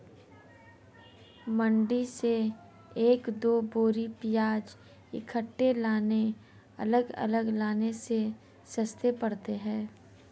मंडी से एक दो बोरी प्याज इकट्ठे लाने अलग अलग लाने से सस्ते पड़ते हैं